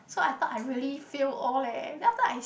so I thought I really fail all leh then after I